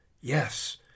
Yes